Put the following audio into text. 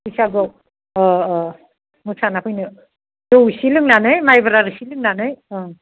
बैसागुआव अ अ मोसाना फैनो जौ इसे लोंनानै माइब्रा इसे लोंनानै